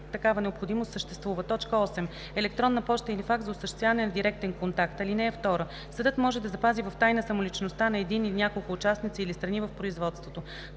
такава необходимост съществува; 8. електронна поща или факс за осъществяване на директен контакт. (2) Съдът може да запази в тайна самоличността на един или няколко участници или страни в производството.